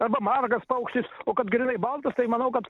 arba margas paukštis o kad grynai baltas tai manau kad